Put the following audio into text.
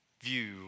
view